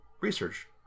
research